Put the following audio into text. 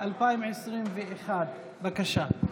התשפ"ב 2021. בבקשה.